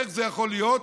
איך זה יכול להיות?